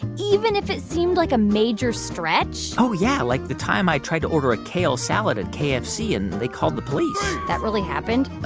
even if it seemed like a major stretch? oh, yeah, like the time i tried to order a kale salad at kfc and they called the police freeze that really happened?